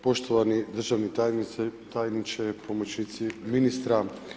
Poštovani državni tajniče, pomoćnici ministra.